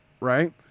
right